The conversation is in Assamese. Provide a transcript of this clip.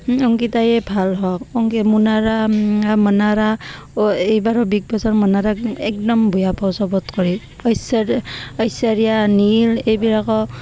অংকীতায়ে ভাল হওক অং মুনাৰা মনাৰা ও এইবাৰ বিগ বছৰ মনাৰা একদম বেয়া পাওঁ চবত কৰি ঐশ্য ঐশ্বৰীয়া নীল এইবিলাকৰ